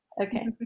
Okay